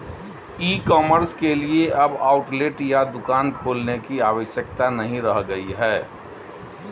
ई commerce के लिए अब आउटलेट या दुकान खोलने की आवश्यकता नहीं रह गई है